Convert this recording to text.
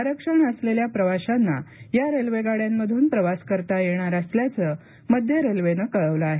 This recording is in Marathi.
आरक्षण असलेल्या प्रवाशांना या रेल्वे गाड्यांमधून प्रवास करता येणार असल्याचं मध्य रेल्वेनं कळवलं आहे